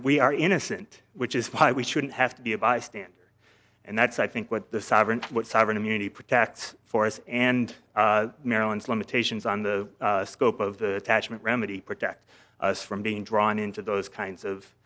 we are innocent which is why we shouldn't have to be a bystander and that's i think what the sovereign what sovereign immunity protects for us and maryland's limitations on the scope of the remedy protect us from being drawn into those kinds of